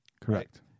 Correct